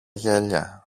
γέλια